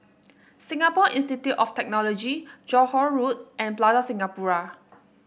Singapore Institute of Technology Johore Road and Plaza Singapura